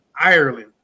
Ireland